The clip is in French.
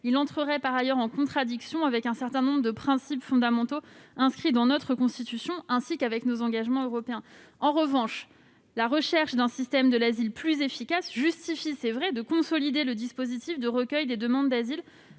il entrerait en contradiction avec un certain nombre de principes fondamentaux inscrits dans notre Constitution, ainsi qu'avec nos engagements européens. En revanche, il est vrai que la recherche d'un système de l'asile plus efficace justifie de consolider le dispositif de recueil des demandes d'asile